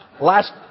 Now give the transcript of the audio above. last